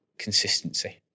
consistency